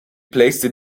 placed